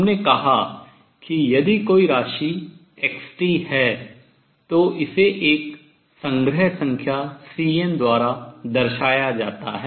हमने कहा कि यदि कोई राशि x है तो इसे एक संग्रह संख्या Cn द्वारा दर्शाया जाता है